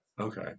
okay